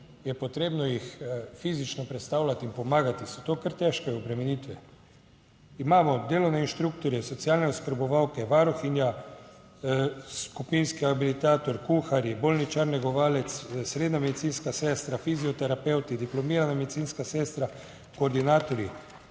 je potrebno jih fizično predstavljati in pomagati, so to kar težke obremenitve. Imamo delovne inštruktorje, socialne oskrbovalke, varuhinja skupinski habilitator, kuharji, bolničar negovalec, srednja medicinska sestra, fizioterapevti, diplomirana medicinska sestra, koordinatorji,